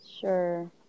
Sure